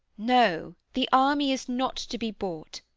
no the army is not to be bought.